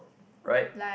right